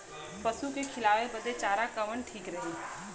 पशु के खिलावे बदे चारा कवन ठीक रही?